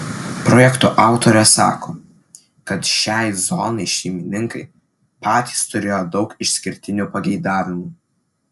projekto autorė sako kad šiai zonai šeimininkai patys turėjo daug išskirtinių pageidavimų